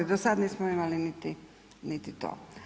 Do sad nismo imali niti to.